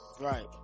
Right